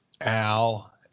Al